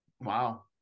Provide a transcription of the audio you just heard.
wow